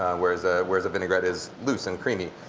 whereas ah whereas a vinaigrette is loose and creamy.